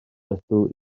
ydw